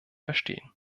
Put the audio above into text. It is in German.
verstehen